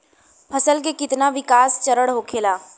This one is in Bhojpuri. फसल के कितना विकास चरण होखेला?